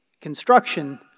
construction